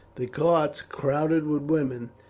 the carts crowded with women,